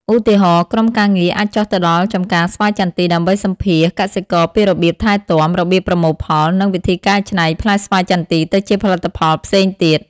ឧទាហរណ៍ ក្រុមការងារអាចចុះទៅដល់ចម្ការស្វាយចន្ទីដើម្បីសម្ភាសន៍កសិករពីរបៀបថែទាំ របៀបប្រមូលផល និងវិធីកែច្នៃផ្លែស្វាយចន្ទីទៅជាផលិតផលផ្សេងទៀត។